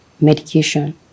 medication